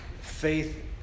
faith